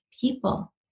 people